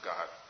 God